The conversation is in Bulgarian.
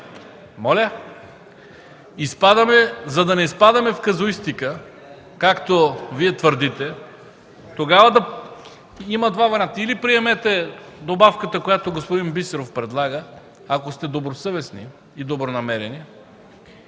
Именно, за да не изпадаме в казуистика, както Вие твърдите, тогава има два варианта – или приемете добавката, която господин Бисеров предлага, ако сте добросъвестни и добронамерени;